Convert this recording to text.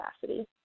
capacity